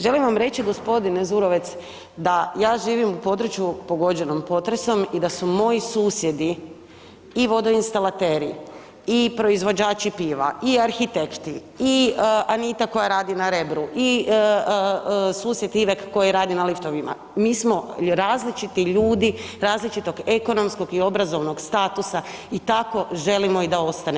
Želim vam reći gospodine Zurovec da ja živim u području pogođenom potresom i da su moji susjedi i vodoinstalateri i proizvođači piva i arhitekti i Anita koja radi na Rebru i susjed Ivek koji radi na liftovima, mi smo različiti ljudi, različitog ekonomskog i obrazovnog statusa i tako želimo i da ostane.